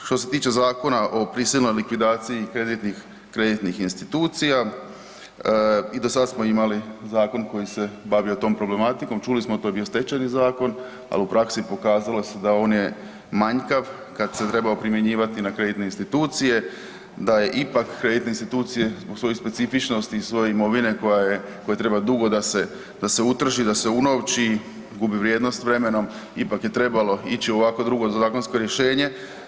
Što se tiče Zakona o prisilnoj likvidaciji kreditnih institucija, i do sada smo imali zakon koji se bavio tom problematikom, čuli smo to je bio Stečajni zakon, ali u praksi se pokazalo da on je manjkav kada se trebao primjenjivati na kreditne institucije da je ipak kreditne institucije zbog svojih specifičnosti i svoje imovine kojoj treba dugo da se utrži, da se unovči gubi vrijednost vremenom, ipak je trebalo ići u ovakvo drugo zakonsko rješenje.